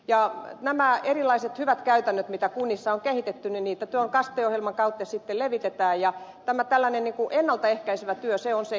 ja näitä erilaisia hyviä käytäntöjä mitä kunnissa on kehitetty tuon kaste ohjelman kautta sitten levitetään ja tällaisessa ennaltaehkäisevässä työssä on se painopiste